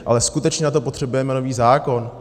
Ale skutečně na to potřebujeme nový zákon?